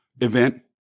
event